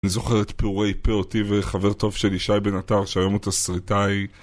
אני זוכר את פעורי פה אותי וחבר טוב שלי שי בן עטר שהיום הוא תסריטאי